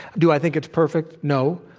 do i think it's perfect? no,